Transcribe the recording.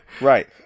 Right